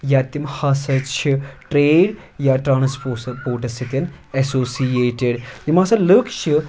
یا تِم ہسا چھِ ٹریڈ یا ٹرٛانَسپوٹَس سۭتۍ اٮ۪سوسییٹڈ یِم ہَسا لُکھ چھِ